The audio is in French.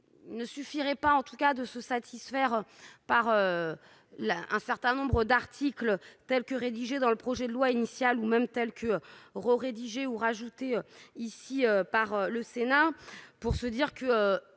de ne suffirait pas, en tout cas de se satisfaire par là un certain nombre d'articles telle que rédigée dans le projet de loi initial ou même tels que rots rédigé ou rajouter ici par le Sénat pour se dire que